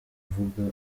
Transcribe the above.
mvugo